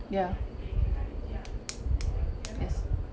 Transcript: ya yes